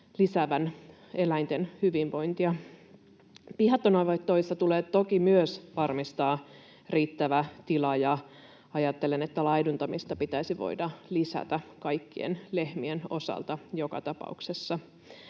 lisäävän eläinten hyvinvointia. Pihattonavetoissa tulee toki myös varmistaa riittävä tila, ja ajattelen, että laiduntamista pitäisi voida lisätä kaikkien lehmien osalta joka tapauksessa.